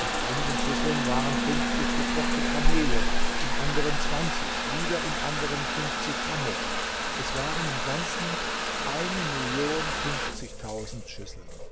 in einigen schüsseln waren fünfzig gekochte kamele in anderen zwanzig wieder in anderen fünfzig hammel es waren im ganzen schüsseln